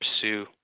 pursue